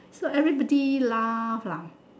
so everybody laugh lah